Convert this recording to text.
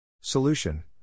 Solution